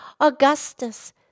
Augustus